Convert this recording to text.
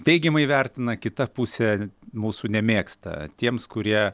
teigiamai vertina kita pusė mūsų nemėgsta tiems kurie